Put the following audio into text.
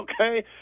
Okay